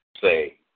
say